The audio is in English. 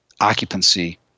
occupancy